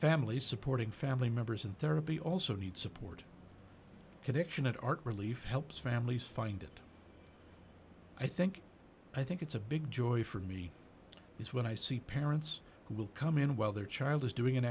family supporting family members in therapy also need support connection and art relief helps families find it i think i think it's a big joy for me is when i see parents who will come in while their child is doing an